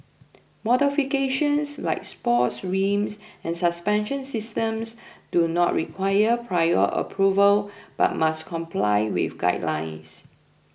modifications like sports rims and suspension systems do not require prior approval but must comply with guidelines